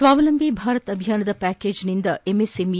ಸ್ವಾವಲಂಬಿ ಭಾರತ್ ಅಭಿಯಾನದ ಪ್ಯಾಕೇಜ್ನಿಂದ ಎಂಎಸ್ಎಂಐ